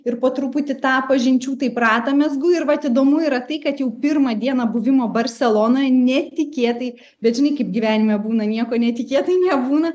ir po truputį tą pažinčių taip ratą mezgu ir vat įdomu yra tai kad jau pirmą dieną buvimo barselonoj netikėtai bet žinai kaip gyvenime būna nieko netikėtai nebūna